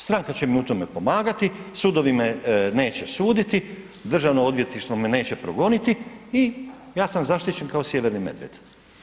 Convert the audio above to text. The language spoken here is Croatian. Stranka će mi u tome pomagati, sudovi me neće suditi, državno odvjetništvo me neće progoniti i ja sam zaštićen kao sjeverni medvjed.